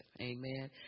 Amen